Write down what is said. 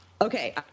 Okay